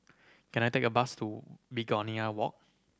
can I take a bus to Begonia Walk